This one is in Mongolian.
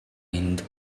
энд